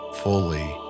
fully